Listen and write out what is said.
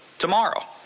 tomorrow,